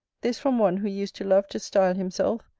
this from one who used to love to style himself,